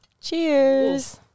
Cheers